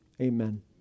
Amen